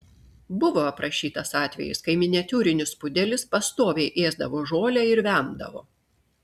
buvo aprašytas atvejis kai miniatiūrinis pudelis pastoviai ėsdavo žolę ir vemdavo